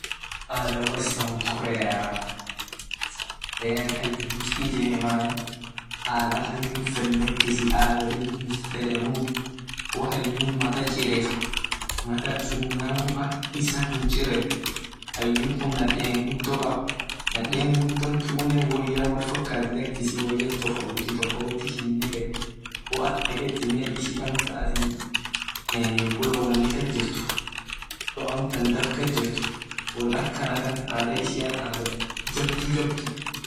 Adha wor south korea south korea hayu ijeman adha hayu fed lakis adh dibidi hinfedenuu wo hayu matachiret matasun namu ak isa hinchiren hayun kun naden gudo kab naden gudo tunne woya wolfokat lakisi woya tofauti tofauti hinneketu wo at neketine kulo ishin amtan dab kasjirt won akanatan adha ishia adha jabdu jabdu.